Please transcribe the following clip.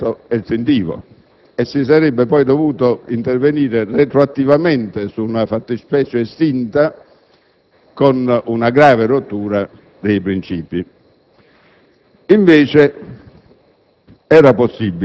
comunque si sarebbe avuto l'effetto estintivo e si sarebbe poi dovuto intervenire retroattivamente su una fattispecie estinta con una grave rottura dei principi.